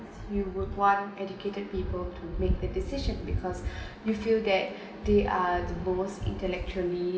you would want educated people to make a decision because you feel that they are devotes intellectually